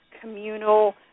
communal